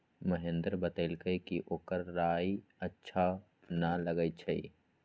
महेंदर बतलकई कि ओकरा राइ अच्छा न लगई छई